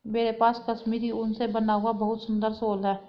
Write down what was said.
मेरे पास कश्मीरी ऊन से बना हुआ बहुत सुंदर शॉल है